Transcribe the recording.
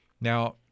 Now